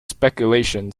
speculation